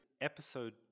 episode